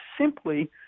simply